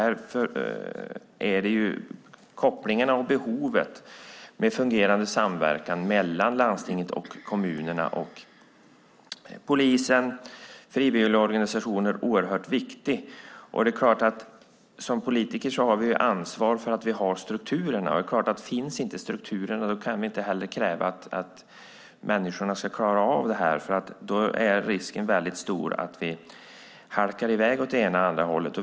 Därför är kopplingen till och behovet av en fungerande samverkan mellan landstingen och kommunerna, polisen och frivilligorganisationerna oerhört viktig. Som politiker har vi ansvar för strukturerna, och om dessa inte finns kan vi inte heller kräva att människorna ska klara av det. Då är risken stor att vi halkar i väg åt det ena eller andra hållet.